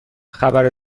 خبر